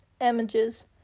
images